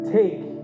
take